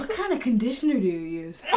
kind of conditioner do you use?